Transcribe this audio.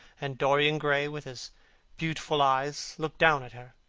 and dorian gray, with his beautiful eyes, looked down at her,